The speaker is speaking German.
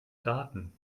daten